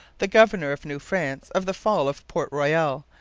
the governor of new france, of the fall of port royal,